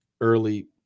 early